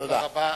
תודה.